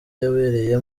yabereye